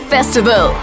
Festival